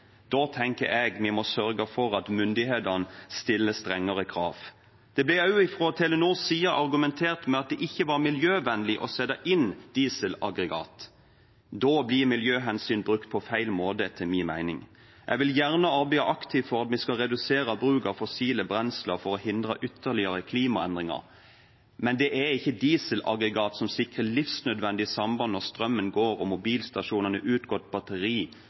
Da tenker jeg vi må sørge for at myndighetene stiller strengere krav. Det ble også fra Telenors side argumentert med at det ikke var miljøvennlig å sette inn dieselaggregat. Da blir miljøhensyn brukt på feil måte, etter min mening. Jeg vil gjerne arbeide aktivt for at vi skal redusere bruken av fossile brensler for å hindre ytterligere klimaendringer, men det er ikke dieselaggregat som sikrer livsnødvendig samband når strømmen går og mobilstasjonene har utgått batteri,